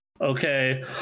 okay